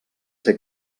ser